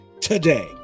today